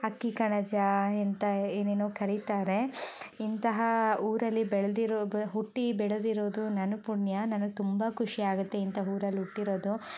ಅಕ್ಕಿ ಕಣಜ ಅಂತ ಏನೇನು ಕರೀತಾರೆ ಇಂತಹ ಊರಲ್ಲಿ ಬೆಳೆದಿರೋದು ಹುಟ್ಟಿ ಬೆಳೆದಿರೋದು ನನ್ನ ಪುಣ್ಯ ನನಗೆ ತುಂಬ ಖುಷಿಯಾಗುತ್ತೆ ಇಂಥ ಊರಲ್ಲಿ ಹುಟ್ಟಿರೋದು